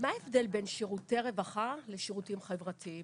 בין שירותי רווחה לבין שירותים חברתיים?